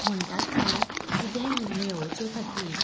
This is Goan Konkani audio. म्हणटात न्हय किदेंय मे मेळोवचे खातीर